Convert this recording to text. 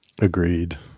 Agreed